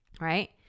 Right